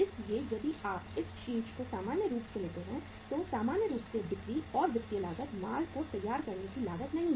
इसलिए यदि आप इस शीर्ष को सामान्य रूप से लेते हैं तो सामान्य रूप से बिक्री और वित्तीय लागत माल को तैयार करने की लागत नहीं है